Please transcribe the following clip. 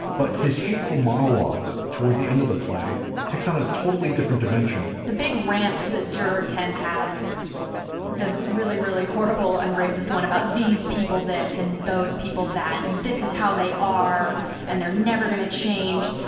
but his hateful monologue toward the end of the play takes on a totally different dimension the big rant that juror ten has the really, really horrible and racist one about these people, this and those people that and this is how they are and they're never going to change.